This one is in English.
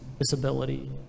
disability